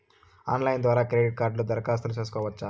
Online ద్వారా credit కార్డుకు దరఖాస్తు సేసుకోవచ్చా?